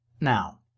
Now